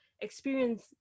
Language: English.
experience